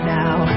now